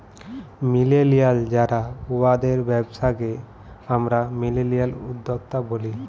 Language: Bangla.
মিলেলিয়াল যারা উয়াদের ব্যবসাকে আমরা মিলেলিয়াল উদ্যক্তা ব্যলি